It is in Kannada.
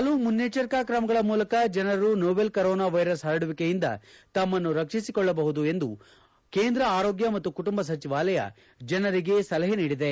ಪಲವು ಮುನ್ನಚ್ಚರಿಕಾ ಕ್ರಮಗಳ ಮೂಲಕ ಜನರು ಸೋವೆಲ್ ಕೊರೋನಾ ವೈರಸ್ ಪರಡುವಿಕೆಯಿಂದ ತಮ್ಮನ್ನು ರಕ್ಷಿಸಿಕೊಳ್ಳಬಹುದು ಎಂದು ಕೇಂದ್ರ ಆರೋಗ್ಕ ಮತ್ತು ಕುಟುಂಬ ಸಚಿವಾಲಯ ಜನರಿಗೆ ಸಲಹೆ ನೀಡಿದೆ